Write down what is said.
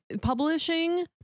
publishing